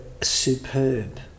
superb